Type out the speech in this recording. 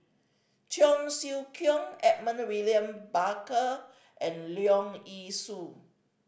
Cheong Siew Keong Edmund William Barker and Leong Yee Soo